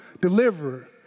deliverer